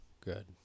good